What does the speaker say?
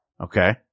Okay